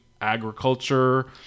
Agriculture